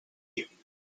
you